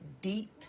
deep